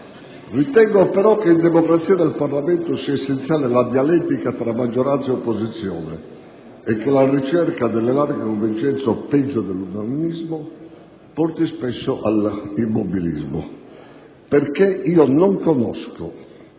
Ritengo però che in democrazia e nel Parlamento sia essenziale la dialettica tra maggioranza e opposizione e che la ricerca delle larghe convergenze o, peggio, dell'unanimismo porti spesso all'immobilismo perché io non conosco